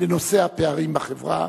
לנושא הפערים בחברה,